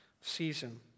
season